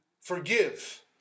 forgive